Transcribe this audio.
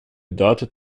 darted